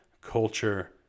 culture